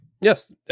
Yes